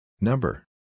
Number